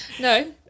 No